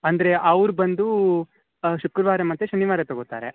ಅಂದರೆ ಅವ್ರು ಬಂದು ಶುಕ್ರವಾರ ಮತ್ತು ಶನಿವಾರ ತಗೊತಾರೆ